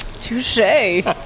Touche